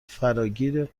فراگیر